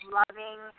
loving